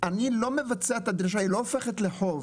אני לא מבצע את הדרישה, היא לא הופכת לחוב.